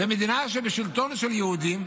במדינה בשלטון של יהודים,